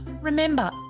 remember